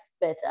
better